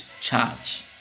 charge